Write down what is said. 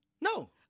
No